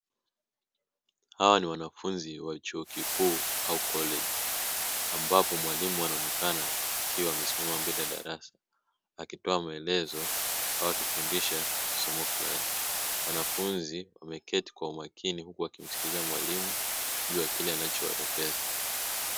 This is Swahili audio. Hawa ni wanafunzi wa chuo kikuu au koleji, ambapo mwalimu anaonekana akiwa amesimama mbele ya darasa akitoa maelezo au akifundisha somo fulani, wanafunzi wameketi kwa umakini wakimsikiliza mwalimu juu ya kile anachowaelekeza.